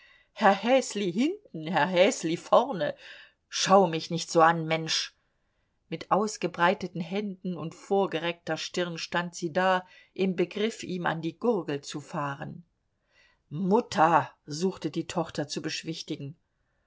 herr häsli hinten herr häsli vorne schau mich nicht so an mensch mit ausgebreiteten händen und vorgereckter stirn stand sie da im begriff ihm an die gurgel zu fahren mutter suchte die tochter zu beschwichtigen